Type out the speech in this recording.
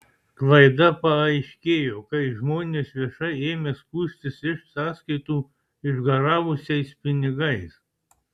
klaida paaiškėjo kai žmonės viešai ėmė skųstis iš sąskaitų išgaravusiais pinigais